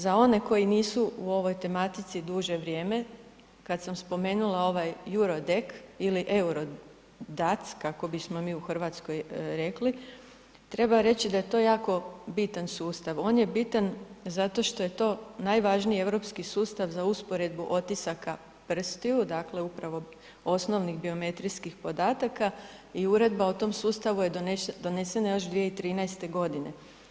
Za one koji nisu u ovoj tematici duže vrijeme, kad sam spomenula ovaj …/nerazumljivo/… ili EURODAC kako bismo mi u Hrvatskoj rekli, treba reći da je to jako bitan sustav, on je bitan zato što je to najvažniji europski sustav za usporedbu otisaka prstiju, dakle upravo osnovnih geometrijskih podataka i uredba o tom sustavu je donesena još 2013. godine.